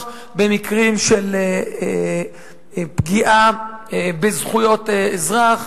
במקרים של פגיעה בזכויות אזרח,